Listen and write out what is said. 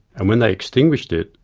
and when they extinguished it,